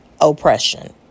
oppression